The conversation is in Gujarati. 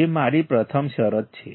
જે મારી પ્રથમ શરત છે